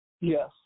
Yes